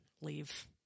leave